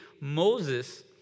Moses